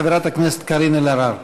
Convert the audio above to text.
חברת הכנסת קארין אלהרר.